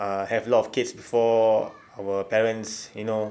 ah have a lot of kids for our parents you know